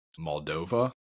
Moldova